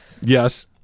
Yes